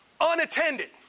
unattended